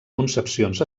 concepcions